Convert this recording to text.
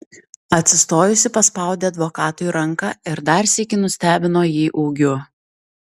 atsistojusi paspaudė advokatui ranką ir dar sykį nustebino jį ūgiu